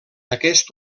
aquest